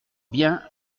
bien